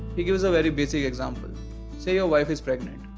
he gives a very basic example say your wife is pregnant.